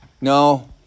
no